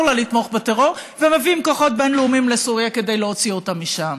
לה לתמוך בטרור ומביאים כוחות בין-לאומיים לסוריה כדי להוציא אותם משם?